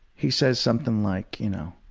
he says something like, you know,